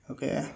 Okay